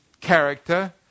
character